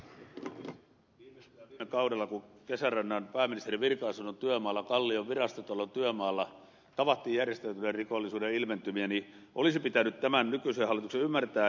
kun viime kaudella kesärannan pääministerin virka asunnon työmaalla ja kallion virastotalon työmaalla tavattiin järjestäytyneen rikollisuuden ilmentymiä niin olisi pitänyt tämän nykyisen hallituksen ymmärtää asian vakavuus